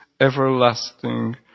everlasting